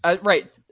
Right